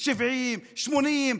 1970,